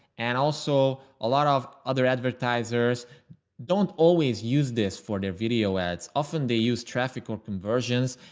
and also a lot of other advertisers don't always use this for their video ads. often they use traficant conversions.